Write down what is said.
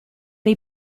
dei